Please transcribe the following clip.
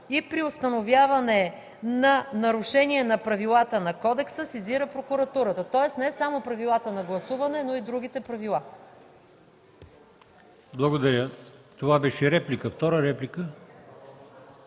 и при установяване на нарушение на правилата на кодекса сезира прокуратурата”. Тоест не само правилата на гласуване, но и другите правила. ПРЕДСЕДАТЕЛ АЛИОСМАН ИМАМОВ: Благодаря. Това беше реплика. Втора реплика?